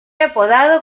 apodado